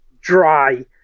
dry